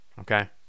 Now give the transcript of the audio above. okay